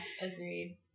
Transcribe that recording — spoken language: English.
Agreed